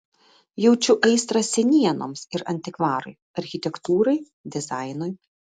jaučiu aistrą senienoms ir antikvarui architektūrai dizainui